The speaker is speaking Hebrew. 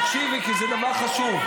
תקשיבי, כי זה דבר חשוב.